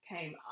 came